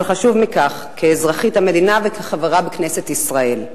אבל חשוב מכך, כאזרחית המדינה וכחברה בכנסת ישראל.